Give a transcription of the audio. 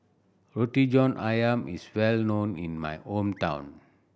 Roti John Ayam is well known in my hometown